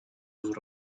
sus